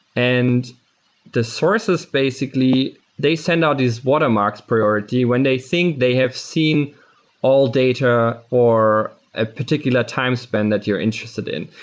and the sources basically they send out these watermarks priority when they think they have seen all data or a particular time span that you're interested in.